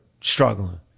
struggling